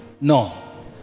No